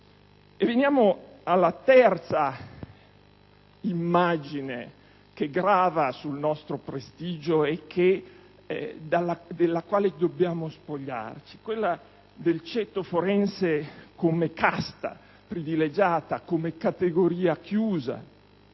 cliente. La terza immagine negativa che grava sul nostro prestigio e della quale dobbiamo liberarci è quella del ceto forense come casta privilegiata, come categoria chiusa,